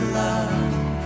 love